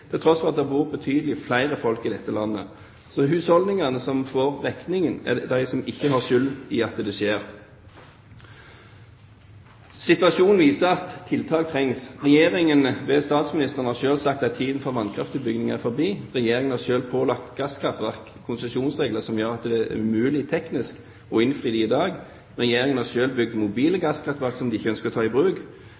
til tross for at det er bor betydelig flere folk i dette landet. Så det er husholdningene som får regningen, de som ikke har skyld i at det skjer. Situasjonen viser at tiltak trengs. Regjeringen ved statsministeren har selv sagt at tiden for vannkraftutbygging er forbi, Regjeringen har selv pålagt gasskraftverk konsesjonsregler som det er umulig teknisk å innfri i dag, Regjeringen har selv bygd mobile